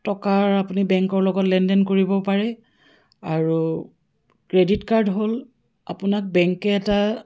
টকাৰ আপুনি বেংকৰ লগত লেনদেন কৰিব পাৰে আৰু ক্ৰেডিট কাৰ্ড হ'ল আপোনাক বেংকে এটা